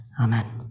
Amen